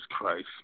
Christ